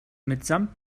mitsamt